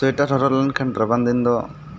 sweater ᱦᱚᱨᱚᱜ ᱞᱮᱱᱠᱷᱟᱱ ᱨᱟᱵᱟᱝᱫᱤᱱ ᱫᱚ ᱟᱨ